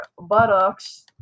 buttocks